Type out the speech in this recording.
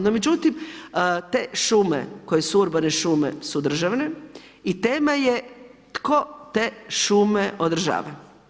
No međutim, te šume, koje su urbane šume su državne i tema je tko te šume održava.